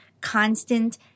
constant